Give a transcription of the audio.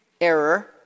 error